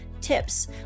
tips